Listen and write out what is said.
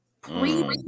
Pre